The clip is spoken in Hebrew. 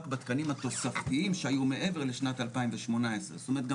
בתקנים התוספתיים שהיו מעבר לשנת 2018. זאת אומרת גם